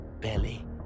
belly